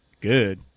Good